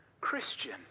Christian